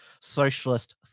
socialist